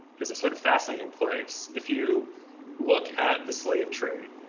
is a sort of fascinating place. if you look at the slave trade,